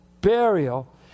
burial